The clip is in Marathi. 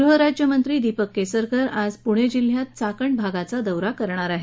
गृहराज्यमंत्री दीपक केसरकर आज पुणे जिल्ह्यात चाकण भागाचा दौरा करणार आहेत